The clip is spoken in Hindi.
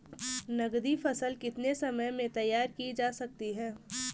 नगदी फसल कितने समय में तैयार की जा सकती है?